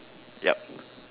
yup